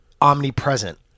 omnipresent